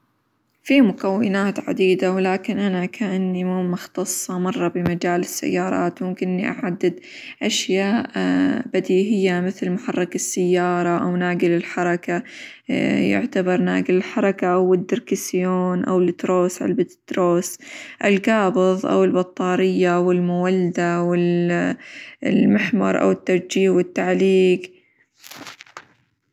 في مكونات عديدة ولكن أنا كإني مو مختصة مرة بمجال السيارات، ممكن إني أعدد أشياء بديهية مثل:- محرك السيارة، أو ناقل الحركة يعتبر ناقل الحركة، أو الدركسيون، أو -التروس- علبة التروس، القابظ، أو البطارية، والمولدة، والمحمر، أو التشجيع، والتعليق.